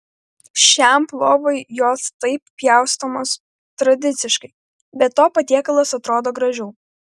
šiam plovui jos taip pjaustomos tradiciškai be to patiekalas atrodo gražiau